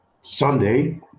Sunday